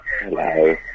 Hello